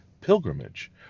pilgrimage